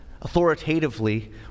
authoritatively